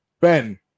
Ben